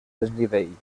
desnivell